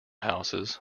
houses